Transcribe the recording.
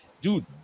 Dude